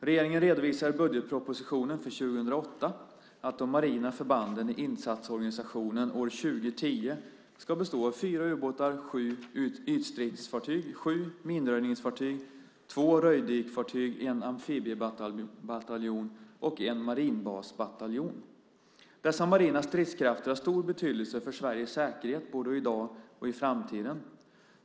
Regeringen redovisar i budgetpropositionen för 2008 att de marina förbanden i insatsorganisationen år 2010 ska bestå av fyra ubåtar, sju ytstridsfartyg, sju minröjningsfartyg, två röjdykfartyg, en amfibiebataljon och en marinbasbataljon. Dessa marina stridskrafter har stor betydelse för Sveriges säkerhet både i dag och i framtiden.